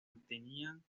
mantenían